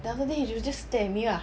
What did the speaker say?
then after that he'll just stare at me ah